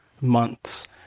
months